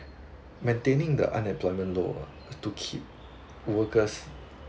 maintaining the unemployment low ah to keep workers